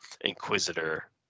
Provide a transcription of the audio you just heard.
inquisitor